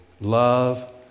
love